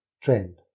trend